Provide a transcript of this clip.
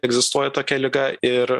egzistuoja tokia liga ir